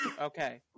Okay